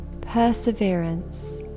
perseverance